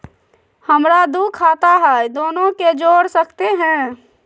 हमरा दू खाता हय, दोनो के जोड़ सकते है?